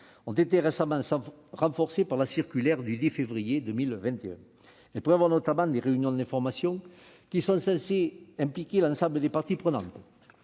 ont été récemment renforcés par la circulaire du 10 février 2021, laquelle prévoit notamment des réunions d'information censées impliquer l'ensemble des parties prenantes.